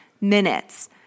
minutes